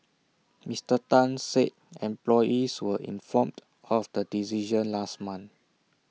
Mister Tan said employees were informed of the decision last month